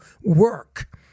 work